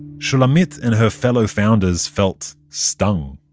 shulamit and her fellow founders felt stung.